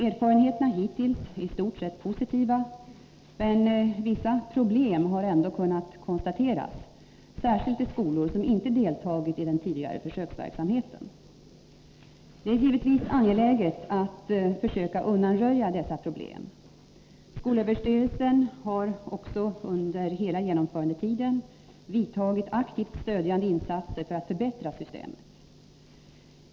Erfarenheterna hittills är i stort sett positiva, men man har ändå kunnat konstatera vissa problem, särskilt i skolor som inte deltagit i den tidigare försöksverksamheten. Det är givetvis angeläget att försöka undanröja dessa problem. Skolöverstyrelsen har också under hela genomförandetiden vidtagit aktivt stödjande insatser för att förbättra systemet.